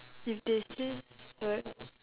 if they say so~